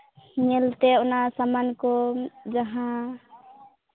ᱧᱮᱞᱛᱮ ᱚᱱᱟ ᱥᱟᱢᱟᱱ ᱠᱚ ᱡᱟᱦᱟᱸ